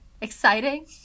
exciting